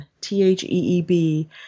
T-H-E-E-B